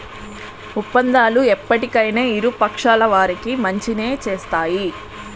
ఒప్పందాలు ఎప్పటికైనా ఇరు పక్షాల వారికి మంచినే చేస్తాయి